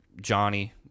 johnny